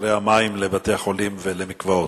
מחירי המים ב-50% לבתי-חולים ולמקוואות.